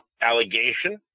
allegation